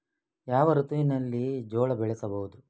ಯಾವ ಋತುವಿನಲ್ಲಿ ಜೋಳ ಬೆಳೆಸಬಹುದು?